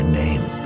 name